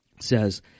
says